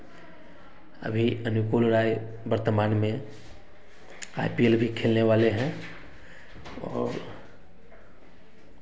अभी अनुकूल राय वर्तमान में आई पी एल भी खेलने वाले हैं और